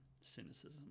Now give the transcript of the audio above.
cynicism